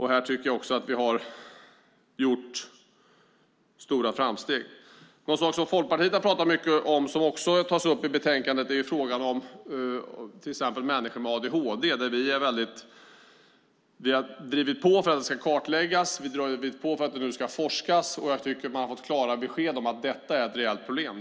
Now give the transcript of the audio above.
Här tycker jag också att vi har gjort stora framsteg. En sak som Folkpartiet har pratat mycket om och som också tas upp i betänkandet är frågan om människor med adhd. Vi har drivit på för att detta ska kartläggas, för att det ska forskas. Vi har fått klara besked om att detta är ett reellt problem.